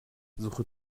suche